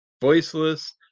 voiceless